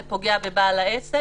זה פוגע בבעל העסק.